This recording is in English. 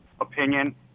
opinion